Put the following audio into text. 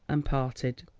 and parted.